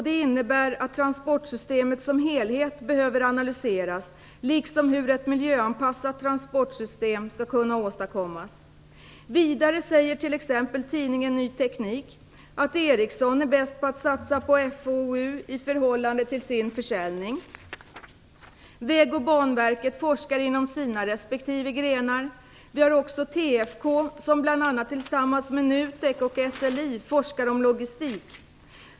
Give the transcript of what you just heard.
Det innebär att transportsystemet som helhet behöver analyseras, liksom hur ett miljöanpassat transportsystem skall kunna åstadkommas. Vidare säger t.ex. tidningen Ny Teknik att Ericsson är bäst på att satsa på FoU i förhållande till sin försäljning. Vägverket och Banverket forskar inom sina respektive grenar. Vi har också TFK som bl.a. tillsammans med NUTEK och SLI forskar om logistik.